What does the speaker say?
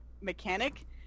mechanic